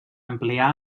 ampliar